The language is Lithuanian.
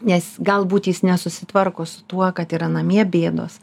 nes galbūt jis nesusitvarko su tuo kad yra namie bėdos